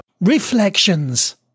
Reflections